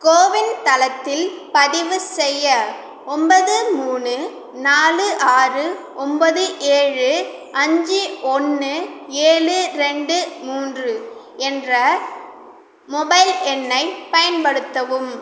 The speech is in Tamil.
கோவின் தளத்தில் பதிவு செய்ய ஒன்பது மூணு நாலு ஆறு ஒன்பது ஏழு அஞ்சு ஒன்று ஏழு ரெண்டு மூன்று என்ற மொபைல் எண்ணைப் பயன்படுத்தவும்